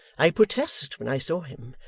i protest, when i saw him,